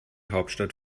hauptstadt